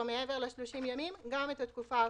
מעבר ל-30 ימים גם את התקופה הקובעת.